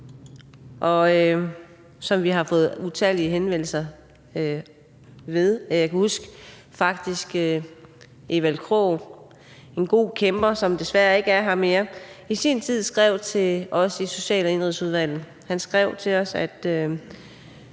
har vi fået utallige henvendelser om. Jeg kan faktisk huske, at Evald Krog, en god kæmper, som desværre ikke er her mere, i sin tid skrev til os i Social- og Indenrigsudvalget, at